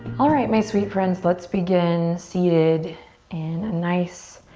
alright, my sweet friends, let's begin seated in a nice,